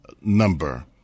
number